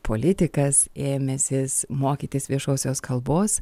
politikas ėmęsis mokytis viešosios kalbos